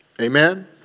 Amen